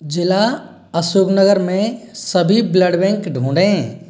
ज़िला अशोकनगर में सभी ब्लड बैंक ढूँढें